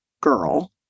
girl